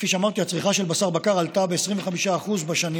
הצריכה של בשר בקר עלתה ב-25% בשנים